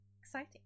Exciting